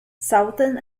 southern